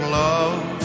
love